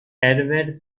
herbert